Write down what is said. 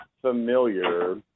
familiar